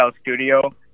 Studio